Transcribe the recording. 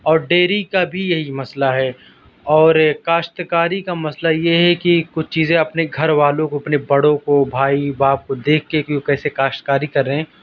اور ڈیری کا بھی یہی مسئلہ ہے اور کاشتکاری کا مسئلہ یہ ہے کہ کچھ چیزیں اپنے گھر والوں کو اپنے بڑوں کو بھائی باپ کو دیکھ کے کہ وہ کیسے کاشتکاری کر رہے ہیں